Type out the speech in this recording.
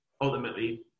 ultimately